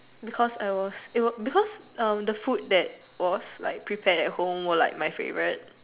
because I was it was because um the food that was prepared at home were like my favourite